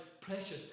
precious